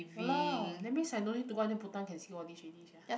!walao! that's means I no need to go until bhutan can see all these already sia